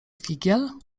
figiel